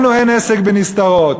לנו אין עסק בנסתרות,